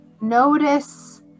notice